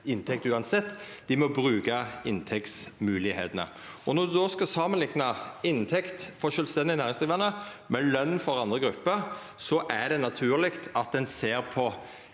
inntekt uansett. Dei må bruka inntektsmoglegheitene. Når ein då skal samanlikna inntekt for sjølvstendig næringsdrivande med løn for andre grupper, er det naturleg at ein ser på